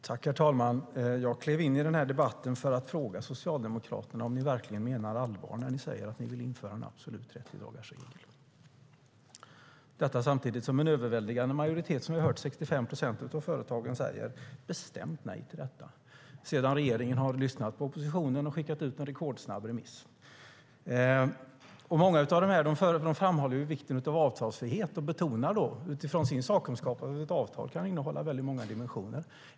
Herr talman! Jag gick in i denna debatt för att fråga er socialdemokrater om ni verkligen menar allvar när ni säger att ni vill införa en absolut 30-dagarsregel. Samtidigt har vi hört att en överväldigande majoritet - 65 procent - av företagen har sagt bestämt nej till detta sedan regeringen har lyssnat på oppositionen och skickat ut förslaget på en rekordsnabb remiss. Många framhåller vikten av avtalsfrihet och betonar utifrån sin sakkunskap att ett avtal kan innehålla många dimensioner.